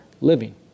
living